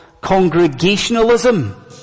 congregationalism